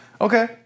Okay